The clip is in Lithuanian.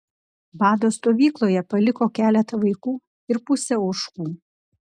bado stovykloje paliko keletą vaikų ir pusę ožkų